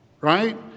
Right